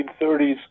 1930s